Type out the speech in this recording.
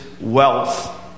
wealth